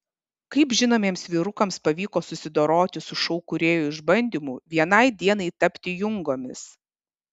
kaip žinomiems vyrukams pavyko susidoroti su šou kūrėjų išbandymu vienai dienai tapti jungomis